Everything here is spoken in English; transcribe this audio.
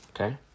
Okay